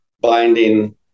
binding